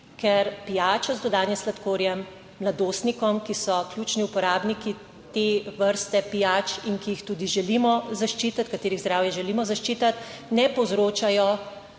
Ker pijače z dodanim sladkorjem mladostnikom, ki so ključni uporabniki te vrste pijač in ki jih tudi želimo zaščititi, katerih zdravje želimo zaščititi, ne povzročajo,